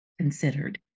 considered